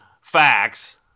facts